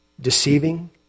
deceiving